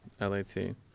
L-A-T